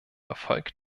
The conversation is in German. erfolg